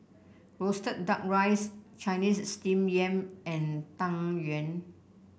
roasted duck rice Chinese Steamed Yam and Tang Yuen